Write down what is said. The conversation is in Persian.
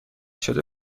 شده